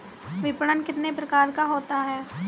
विपणन कितने प्रकार का होता है?